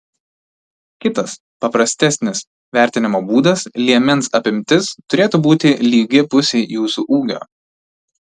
kitas paprastesnis vertinimo būdas liemens apimtis turėtų būti lygi pusei jūsų ūgio